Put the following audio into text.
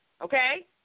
okay